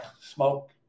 smoke